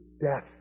death